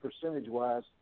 percentage-wise